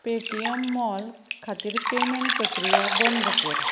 Paytm mall खातीर payment प्रक्रिया बंद कर